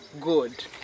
good